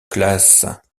classe